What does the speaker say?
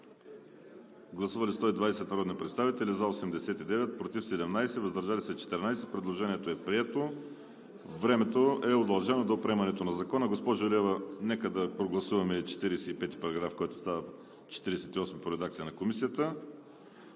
Гласували 120 народни представители: за 89, против 17, въздържали се 14. Предложението е прието. Времето е удължено до приемането на Закона. Госпожо Илиева, нека да прогласуваме и § 45, който става § 48 по редакция на Комисията.